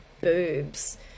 boobs